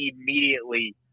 immediately